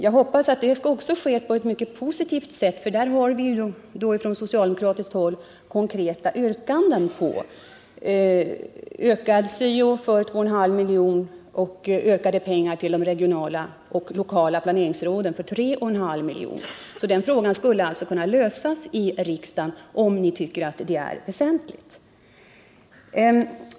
Jag hoppas att det då också sker på ett positivt sätt. Där har vi från socialdemokratiskt håll konkreta yrkanden på ökade resurser till SYO med 2,5 milj.kr. samt ökade anslag till de regionala och lokala planeringsråden med 3,5 milj.kr. Den frågan skulle alltså kunna lösas i riksdagen, om ni tycker att den är väsentlig.